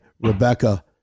Rebecca